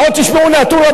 ותשמעו עוד נתון,